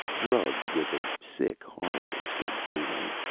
drugged with a sick horror, stood balin.